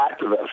activists